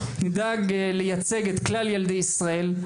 נדאג לייצג את כלל ילדי ישראל.